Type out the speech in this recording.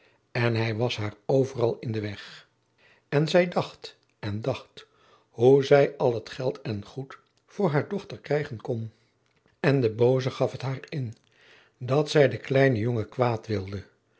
en hij was haar overal in den weg en zij dacht en dacht hoe zij al het geld en goed voor haar dochter krijgen kon en de booze gaf het haar in dat zij den kleinen jongen kwaad wilde